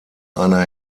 einer